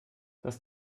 das